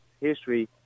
history